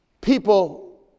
people